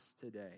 today